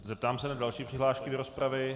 Zeptám se na další přihlášky do rozpravy.